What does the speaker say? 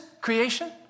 creation